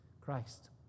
Christ